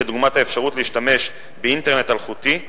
כדוגמת האפשרות להשתמש באינטרנט אלחוטי,